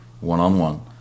one-on-one